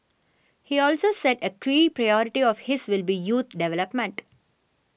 he also said a key priority of his will be youth development